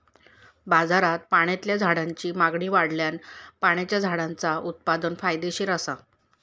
बाजारात पाण्यातल्या झाडांची मागणी वाढल्यान पाण्याच्या झाडांचा उत्पादन फायदेशीर असा